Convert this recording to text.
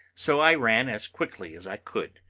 so i ran as quickly as i could.